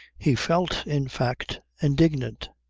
he felt, in fact, indignant.